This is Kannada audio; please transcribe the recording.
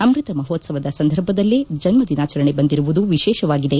ಅಮೃತ ಮಹೋತ್ಸವದ ಸಂದರ್ಭದಲ್ಲೇ ಜನ್ಮ ದಿನಾಚರಣೆ ಬಂದಿರುವುದು ವಿಶೇಷವಾಗಿದೆ